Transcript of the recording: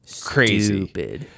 crazy